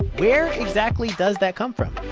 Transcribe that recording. where exactly does that come from?